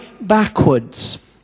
backwards